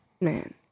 Man